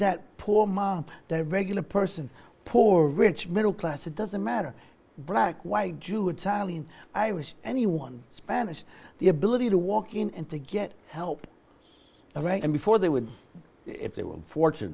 that poor man a regular person poor rich middle class it doesn't matter black white jewish child in irish anyone spanish the ability to walk in and to get help right and before they would if they were unfortunate